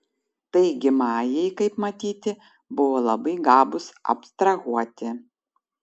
taigi majai kaip matyti buvo labai gabūs abstrahuoti